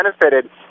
benefited